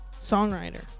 Songwriter